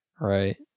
Right